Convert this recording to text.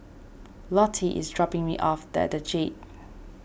Lottie is dropping me off at the Jade